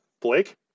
Blake